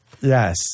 Yes